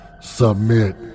Submit